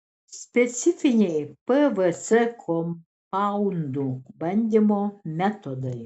specifiniai pvc kompaundų bandymo metodai